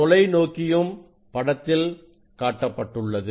தொலைநோக்கியும் படத்தில் காட்டப்பட்டுள்ளது